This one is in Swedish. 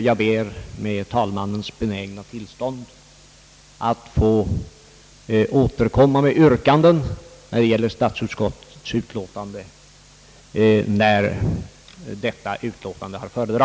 Jag ber med talmannens benägna tillstånd att få återkomma med yrkanden i de olika punkterna vid behandlingen av statsutskottets utlåtande nr 100.